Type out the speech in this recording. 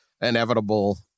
inevitable